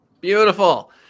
Beautiful